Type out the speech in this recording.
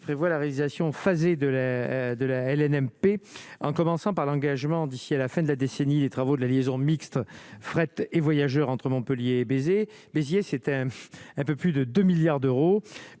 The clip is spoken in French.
prévoit la réalisation faisaient de la de la LNM P, en commençant par l'engagement d'ici à la fin de la décennie, des travaux de la liaison mixte, fret et voyageurs entre Montpellier baiser Béziers, c'était un peu plus de 2 milliards d'euros,